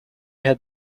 had